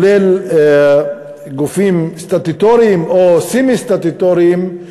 כולל גופים סטטוטוריים או סמי-סטטוטוריים,